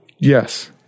Yes